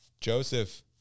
Joseph